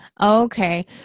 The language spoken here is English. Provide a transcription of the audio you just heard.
Okay